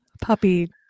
puppy